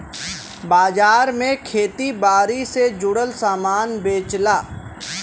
बाजार में खेती बारी से जुड़ल सामान बेचला